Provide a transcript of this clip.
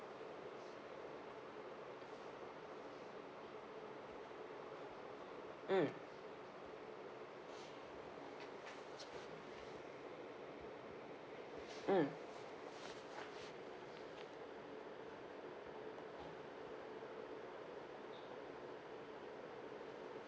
mm